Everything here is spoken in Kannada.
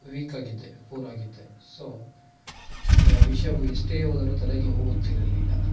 ವೀಕಾಗಿದ್ದೆ ಪೂರಾಗಿದ್ದೆ ಸೊ ನನಗೆ ಆ ವಿಷಯವು ಎಷ್ಟೇ ಓದರು ತಲೆಗೆ ಹೋಗುತ್ತಿರಲಿಲ್ಲ